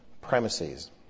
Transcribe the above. premises